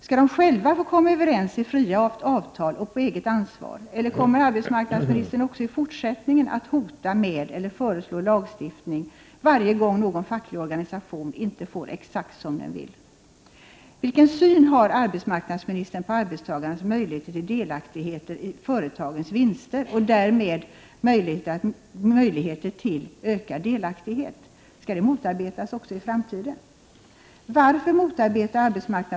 Skall de själva få komma överens i fria avtal och på eget ansvar eller kommer arbetsmarknadsministern också i fortsättningen att hota med eller föreslå lagstiftning varje gång någon facklig organisation inte får exakt som den vill? 6. Vilken syn har arbetsmarknadsministern på arbetstagarnas möjligheter till delaktighet i företagens vinster och därmed deras möjligheter till ökad delaktighet? Skall de motarbetas också i framtiden?